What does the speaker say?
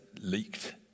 leaked